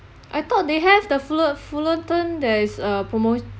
I thought they have the fuller~ fullerton there is uh promo~